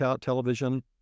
television